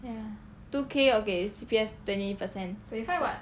ya two K okay C_P_F twenty percent